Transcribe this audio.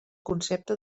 concepte